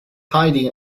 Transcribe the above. hiding